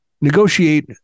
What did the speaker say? negotiate